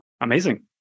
Amazing